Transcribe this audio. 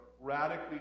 radically